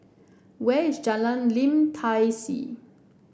where is Jalan Lim Tai See